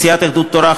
מסיעת יהדות התורה,